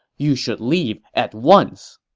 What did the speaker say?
you should leave at once!